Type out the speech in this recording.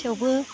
थेवबो